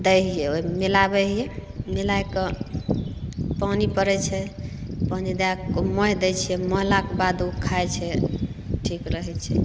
दै हियै ओहिमे मिलाबै हियै मिलाइके पानि पड़ैत छै पानि दएके महि दै छियै महलाके बाद ओ खाइ छै ठीक रहैत छै